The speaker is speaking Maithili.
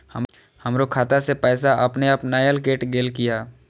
हमरो खाता से पैसा अपने अपनायल केट गेल किया?